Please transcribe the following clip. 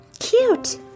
cute